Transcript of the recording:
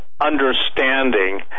understanding